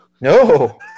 no